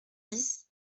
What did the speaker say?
dix